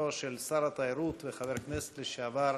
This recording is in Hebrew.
לזכרו של שר התיירות וחבר הכנסת לשעבר